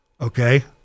Okay